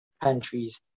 countries